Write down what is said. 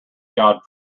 god